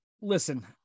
listen